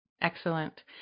Excellent